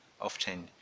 often